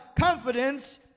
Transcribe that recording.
confidence